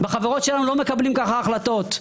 בחברות שלנו לא מקבלים ככה החלטות.